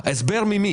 הסבר ממי?